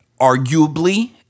Arguably